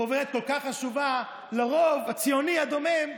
חוברת כל כך חשובה, לרוב הציוני הדומם,